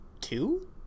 two